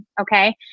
Okay